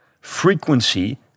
Frequency